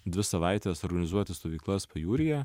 dvi savaites organizuoti stovyklas pajūryje